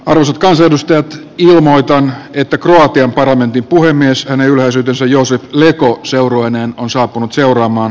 ranskalaisedustaja ilmoittaa että kroatian parlamentin puhemies hänen lausuntonsa jossa seurueineen on saapunut seuraamaan